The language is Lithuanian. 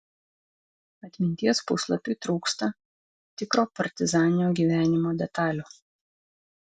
atminties puslapiui trūksta tikro partizaninio gyvenimo detalių